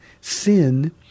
sin